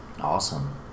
awesome